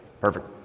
Perfect